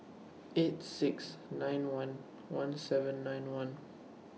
eight six nine one one seven nine one